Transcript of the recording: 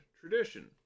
tradition